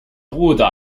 bruder